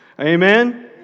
Amen